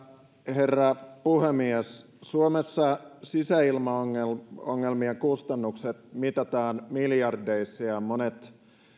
herra puhemies suomessa sisäilmaongelmien kustannukset mitataan miljardeissa ja monet